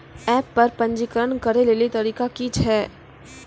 App पर पंजीकरण करै लेली तरीका की छियै?